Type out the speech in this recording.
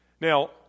Now